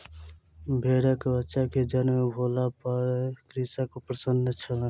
भेड़कबच्चा के जन्म भेला पर कृषक प्रसन्न छल